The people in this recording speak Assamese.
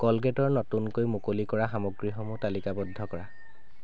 কলগেটৰ নতুনকৈ মুকলি কৰা সামগ্ৰীসমূহ তালিকাবদ্ধ কৰা